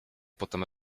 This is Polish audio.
potem